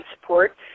support